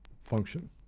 function